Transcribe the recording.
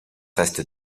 reste